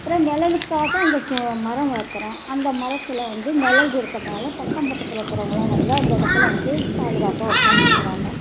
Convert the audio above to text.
அப்புறம் நிழலுக்காக அந்த சோ மரம் வளர்த்துறன் அந்த மரத்தில் வந்து நிழல் இருக்கிறதனால அக்கம் பக்கத்தில் இருக்கிறவங்களாம் வந்து அந்த இடத்துல வந்து பாதுகாப்பாக உட்காந்துருக்குறாங்க